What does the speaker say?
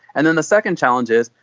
and then the second challenge is,